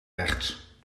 rechts